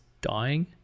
dying